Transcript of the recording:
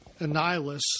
Annihilus